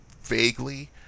vaguely